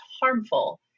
harmful